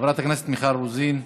חברת הכנסת מיכל רוזין,